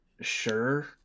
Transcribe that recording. sure